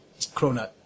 Cronut